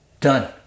Done